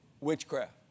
Witchcraft